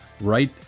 right